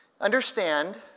Understand